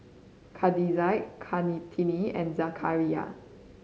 Khadija Kartini and Zakaria